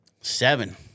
Seven